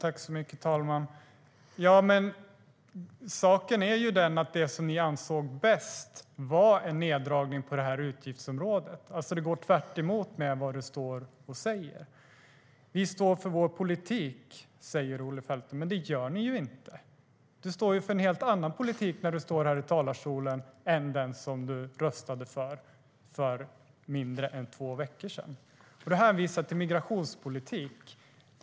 Herr talman! Saken är den, Olle Felten, att det ni ansåg vara bäst var en neddragning på det här utgiftsområdet, alltså tvärtemot vad du säger. Vi står för vår politik, säger Sverigedemokraterna, men det gör ni ju inte. Du står för en helt annan politik i talarstolen än den som du för mindre än två veckor sedan röstade för. Du hänvisar till migrationspolitiken.